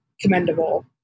commendable